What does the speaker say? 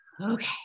okay